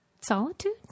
solitude